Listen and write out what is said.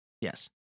Yes